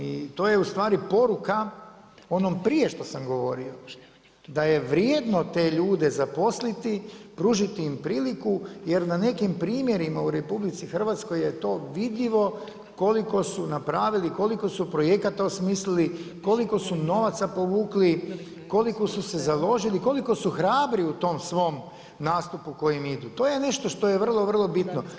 I to je u stvari poruka onom prije što sam govorio, da je vrijedno te ljude zaposliti, pružiti im priliku jer na nekim primjerima u RH je to vidljivo koliko su napravili, koliko su projekata osmislili, koliko su novaca povukli, koliko su se založili, koliko su hrabri u tom svom nastupu kojim idu, to je nešto što je vrlo, vrlo bitno.